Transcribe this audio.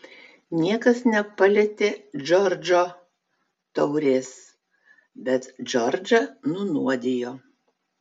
niekas nepalietė džordžo taurės bet džordžą nunuodijo